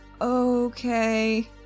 Okay